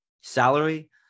salary